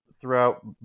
throughout